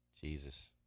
Jesus